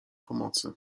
pomocy